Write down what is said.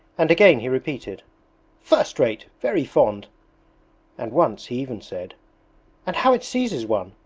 and again he repeated first rate. very fond and once he even said and how it seizes one.